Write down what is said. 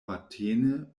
matene